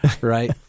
right